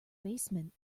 basement